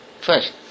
first